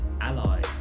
Ally